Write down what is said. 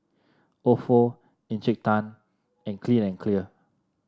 ofo Encik Tan and Clean and Clear